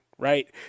Right